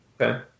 Okay